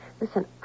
Listen